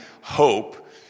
hope